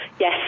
Yes